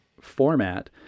format